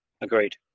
agreed